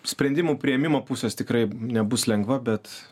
sprendimų priėmimo pusės tikrai nebus lengva bet